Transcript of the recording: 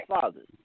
fathers